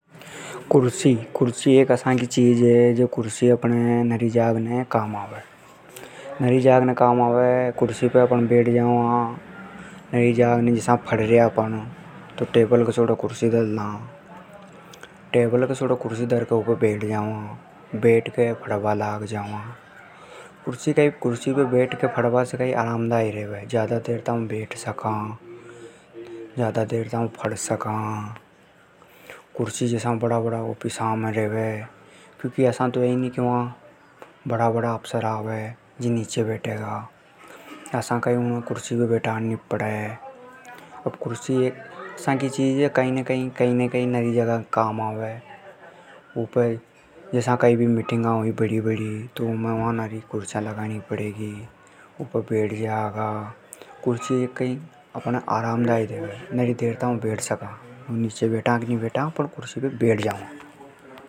कुर्सी, कुर्सी एक असा की चीज है। जा अपणे नरी जाग ने काम आवे, कुर्सी पे अपण बैठ जावा। नरी जाग ने जसा पड़र्या अपण तो टेबल के सोडे कुर्सी धरला। उपे बैठ जावा ,बैठ के पढ़बा लाग जावा। कुर्सी पे बैठ पढ़बा से आरामदायी रेवे। ज्यादा देर तक बैठ सका। ज्यादा देर तक पड़ सका। कुर्सी जसा बड़ा बड़ा ऑफिस में रेवे। वा बड़ा बड़ा अफसर आवे जे नीचे तो बैठेगा ही नी तो उणे कुर्सी पे बैठाणो पढे। कुर्सी एक आसी चीज है जो कि कई ने कई काम आवे। उपे जसा कई ने कई मीटिंगा होई बड़ी बड़ी तो वा नरी कुर्सियां लगाणो पड़े उपे बैठ जावे। ये आपणे आरामदायी रेवे तो नरी देर तक बेठ सका।